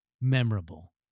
Memorable